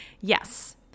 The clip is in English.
yes